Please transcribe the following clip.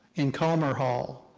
in collamer hall,